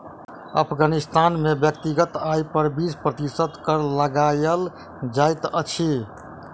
अफ़ग़ानिस्तान में व्यक्तिगत आय पर बीस प्रतिशत कर लगायल जाइत अछि